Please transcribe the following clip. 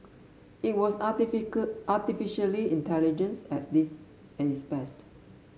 it was artificially intelligence at this its best